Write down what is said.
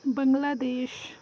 بَنگلا دیش